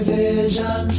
vision